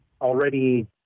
already